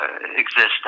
existence